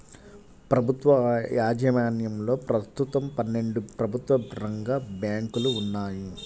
ప్రభుత్వ యాజమాన్యంలో ప్రస్తుతం పన్నెండు ప్రభుత్వ రంగ బ్యాంకులు ఉన్నాయి